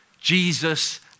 Jesus